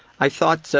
i thought so